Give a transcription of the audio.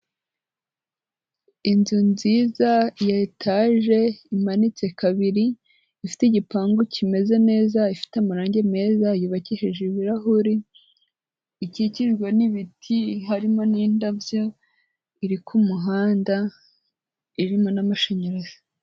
Inzu nziza ya etaje imanitse kabiri, ifite igipangu kimeze neza, ifite amarange meza, yubakishije ibirahuri. ikikijwe n'ibiti harimo n'indabyo, iri ku muhanda irimo n'amashanyarazi.